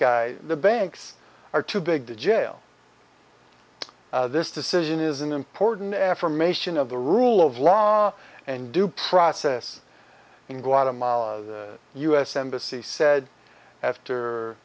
guy the banks are too big to jail this decision is an important affirmation of the rule of law and due process in guatemala the u s embassy said after